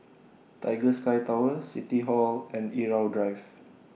Tiger Sky Tower City Hall and Irau Drive